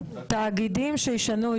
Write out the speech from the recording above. תאגידים שלא ישנו,